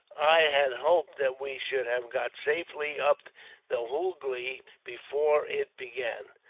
i had hoped that we should have got safely up the hoogly before it began.